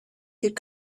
could